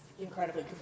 incredibly